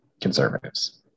conservatives